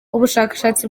ubushakashatsi